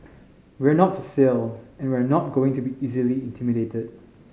we're not for sale and we're not going to be easily intimidated